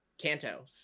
kanto